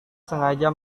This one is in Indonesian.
sengaja